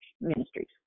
Ministries